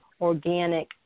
organic